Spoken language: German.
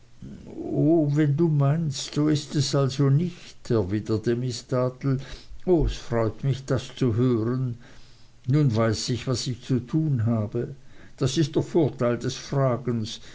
wenn du meinst so ist es also nicht erwiderte miß dartle o es freut mich das zu hören nun weiß ich was ich zu tun habe das ist der vorteil des fragens